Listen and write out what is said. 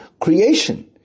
creation